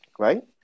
Right